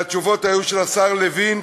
והתשובות היו של השר לוין,